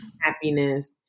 happiness